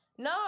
No